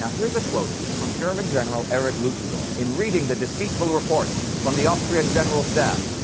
ah here's a quote from german general erich ludendorff in reading the deceitful reports from the austrian general staff,